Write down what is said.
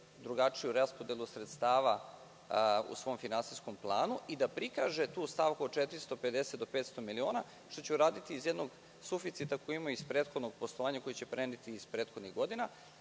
drugačiju raspodelu sredstava u svom finansijskom planu i da prikaže tu stavku od 450 do 500 miliona, što će uraditi iz jednog suficita koji ima iz prethodnog poslovanja, koji će preneti iz prethodnih godina,